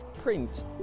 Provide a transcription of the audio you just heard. print